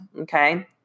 okay